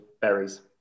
berries